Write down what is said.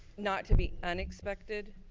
not to be unexpected.